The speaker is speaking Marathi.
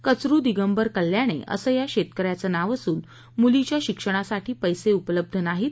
कचरू दिगंबर कल्याणे असं या शेतकऱ्याचं नाव असून मूलीच्या शिक्षणासाठी पैसे उपलब्ध नाहीत